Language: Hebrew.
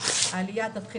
העלייה תתחיל